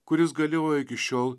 kuris galioja iki šiol